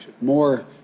more